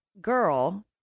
girl